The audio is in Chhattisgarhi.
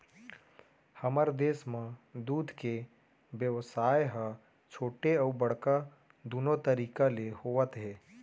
हमर देस म दूद के बेवसाय ह छोटे अउ बड़का दुनो तरीका ले होवत हे